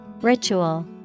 Ritual